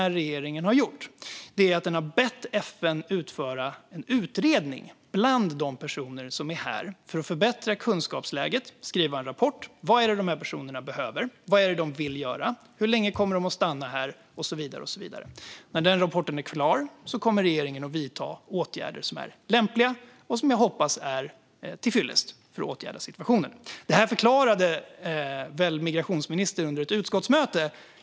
Regeringen har däremot bett FN göra en utredning bland de personer som är här för att förbättra kunskapsläget och skriva en rapport om vad personerna i fråga behöver, vad de vill göra, hur länge de kommer att stanna här och så vidare. När rapporten är klar kommer regeringen att vidta lämpliga åtgärder som jag hoppas är till fyllest för att förbättra situationen. Det här förklarade migrationsministern under ett utskottsmöte.